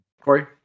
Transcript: Corey